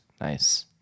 Nice